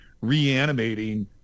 reanimating